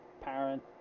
parent